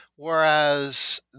Whereas